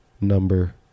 number